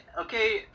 okay